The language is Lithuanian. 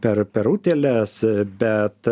per per utėles bet